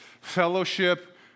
fellowship